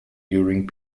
during